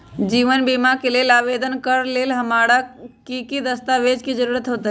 जीवन बीमा के लेल आवेदन करे लेल हमरा की की दस्तावेज के जरूरत होतई?